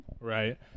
Right